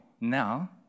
now